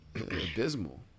abysmal